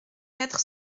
quatre